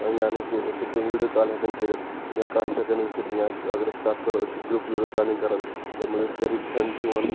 ٲں یعنِی کہِ أسۍ ہیٚکو ویٖڈِیو کال ہیٚکان کٔرِتھ یا کَتھ چھِ ہیٚکان أسۍ کٔرِتھ اَگر أسۍ کَتھ کَرُو أسۍ چھِ گَرُوپ ویٖڈیو کالِنٛگ کران یَتھ منٛز سٲرِی فَرنٛڈ چھِ یِوان